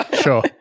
sure